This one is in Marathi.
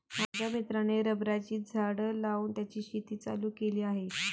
माझ्या मित्राने रबराची झाडं लावून त्याची शेती चालू केली आहे